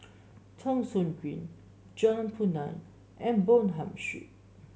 Thong Soon Green Jalan Punai and Bonham Street